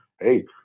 hey